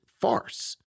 farce